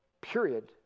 Period